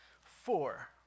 Four